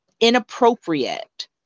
inappropriate